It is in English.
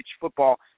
football